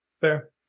Fair